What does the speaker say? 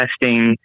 testing